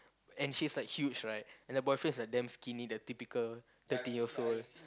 and she's like huge right and the boyfriend is like damn skinny the typical thirteen years old